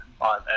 on